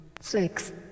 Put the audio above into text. six